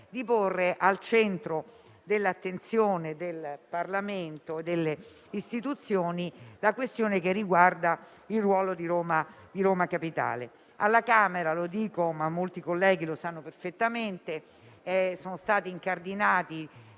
di porre al centro dell'attenzione del Parlamento e delle istituzioni la questione che riguarda il ruolo, di Roma Capitale. Alla Camera - lo dico, ma molti colleghi lo sanno perfettamente - sono stati incardinati